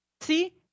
See